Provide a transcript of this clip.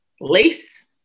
lace